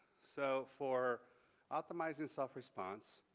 so, for optimizeing self response,